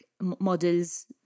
models